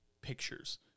pictures